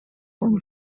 con